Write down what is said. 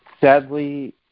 Sadly